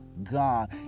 God